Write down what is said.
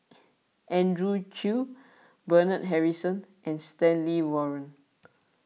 Andrew Chew Bernard Harrison and Stanley Warren